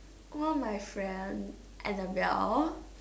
one of my friend Annabelle